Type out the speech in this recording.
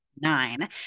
nine